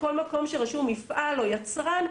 כל מקום שרשום מפעל או יצרן,